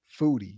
Foodie